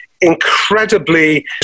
incredibly